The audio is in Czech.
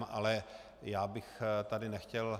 Ale já bych tady nechtěl...